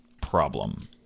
problem